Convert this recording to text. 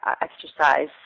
exercise